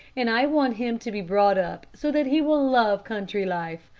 and i want him to be brought up so that he will love country life.